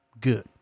Good